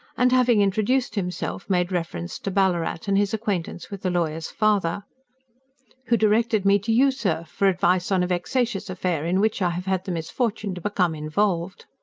and having introduced himself, made reference to ballarat and his acquaintance with the lawyer's father who directed me to you, sir, for advice on a vexatious affair, in which i have had the misfortune to become involved.